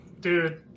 Dude